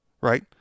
right